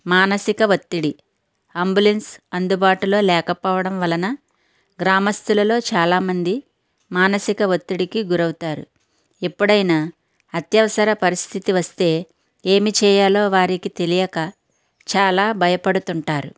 మానసిక ఒత్తిడి అంబులెన్స్ అందుబాటులో లేకపోవడం వలన గ్రామస్థులలో చాలా మంది మానసిక ఒత్తిడికి గురవుతారు ఎప్పుడైనా అత్యవసర పరిస్థితి వస్తే ఏమి చేయాలో వారికి తెలియక చాలా భయపడుతుంటారు